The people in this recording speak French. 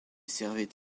servait